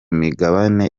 migabane